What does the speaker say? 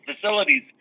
facilities